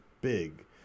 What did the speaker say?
big